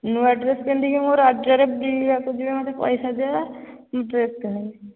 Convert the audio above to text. ନୂଆ ଡ୍ରେସ୍ ପିନ୍ଧିକି ମୁଁ ରଜରେ ବୁଲିବାକୁ ଯିବି ମୋତେ ପଇସା ଦିଅ ମୁଁ ଡ୍ରେସ୍ କିଣିବି